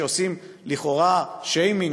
שעושים לכאורה שיימינג,